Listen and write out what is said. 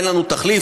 אין לנו תחליף,